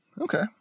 Okay